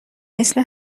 مثل